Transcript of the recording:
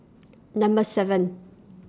Number seven